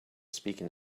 speaking